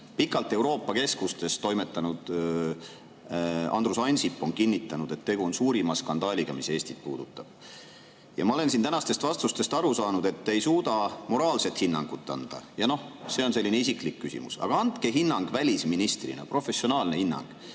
Pikalt Euroopa keskustes toimetanud Andrus Ansip on kinnitanud, et tegu on suurima skandaaliga, mis Eestit puudutab. Ma olen tänastest vastustest aru saanud, et te ei suuda moraalset hinnangut anda. See on nagu selline isiklik küsimus. Aga andke hinnang välisministrina, professionaalne hinnang,